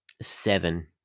seven